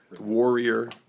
warrior